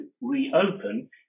reopen